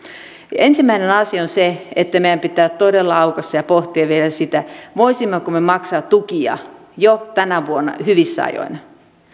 ensimmäinen asia on se että meidän pitää todella aukaista ja pohtia vielä sitä voisimmeko me maksaa tukia jo tänä vuonna hyvissä ajoin